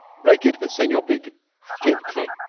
break it with senor bleke gently